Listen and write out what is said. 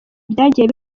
byagiye